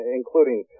including